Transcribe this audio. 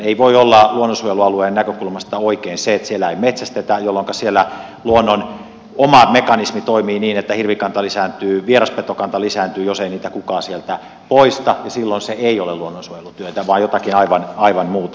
ei voi olla luonnonsuojelualueen näkökulmasta oikein se että siellä ei metsästetä jolloinka siellä luonnon oma mekanismi toimii niin että hirvikanta lisääntyy vieraspetokanta lisääntyy jos ei niitä kukaan sieltä poista ja silloin se ei ole luonnonsuojelutyötä vaan jotakin aivan muuta